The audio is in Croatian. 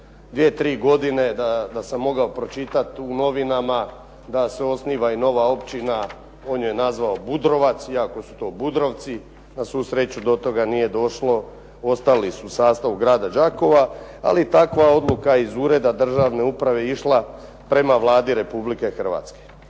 dvije, tri godine da sam mogao pročitati u novinama da se osniva i nova općina. On ju je nazvao Budrovac iako su to Budrovci. Na svu sreću do toga nije došlo, ostali su u sastavu grada Đakova. Ali takva odluka iz Ureda državne uprave išla prema Vladi Republike Hrvatske